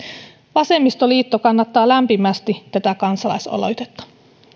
vasemmistoliitto kannattaa lämpimästi tätä kansalaisaloitetta